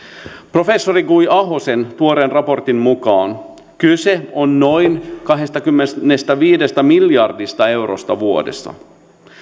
professori guy ahosen tuoreen raportin mukaan kyse on noin kahdestakymmenestäviidestä miljardista eurosta vuodessa